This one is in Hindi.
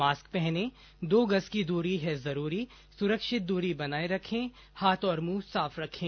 मास्क पहनें दो गज की दूरी है जरूरी सुरक्षित दूरी बनाए रखे हाथ और मुंह साफ रखें